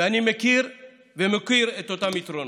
ואני מכיר ומוקיר את אותם יתרונות.